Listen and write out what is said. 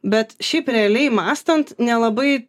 bet šiaip realiai mąstant nelabai